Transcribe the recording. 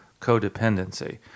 codependency